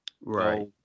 Right